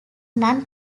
non